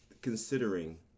considering